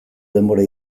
denbora